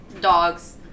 dogs